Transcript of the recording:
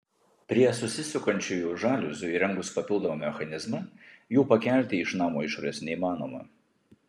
prie susisukančiųjų žaliuzių įrengus papildomą mechanizmą jų pakelti iš namo išorės neįmanoma